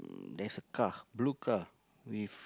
there's a car blue car with